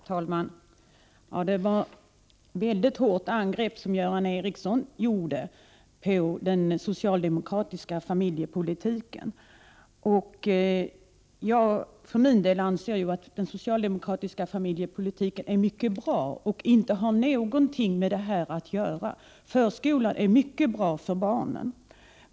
Herr talman! Det var ett mycket hårt angrepp från Göran Ericsson mot den socialdemokratiska familjepolitiken. Jag för min del anser att den socialdemokratiska familjepolitiken är mycket bra och att den inte har någonting med detta att göra. Förskolan t.ex. är mycket bra för barnen.